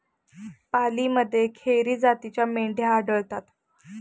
पालीमध्ये खेरी जातीच्या मेंढ्या आढळतात